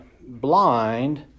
blind